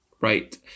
Right